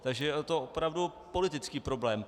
Takže je to opravdu politický problém.